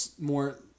more